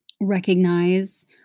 recognize